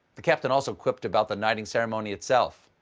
the captain also quipped about the knighting ceremony itself.